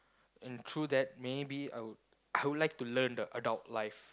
and through that maybe I would I would like to learn the adult life